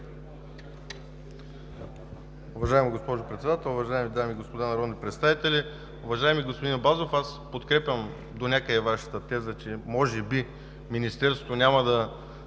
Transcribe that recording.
Уважаема госпожо Председател, уважаеми дами и господа народни представители! Уважаеми господин Абазов, аз подкрепям донякъде Вашата теза, че може би Министерството няма на